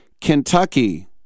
Kentucky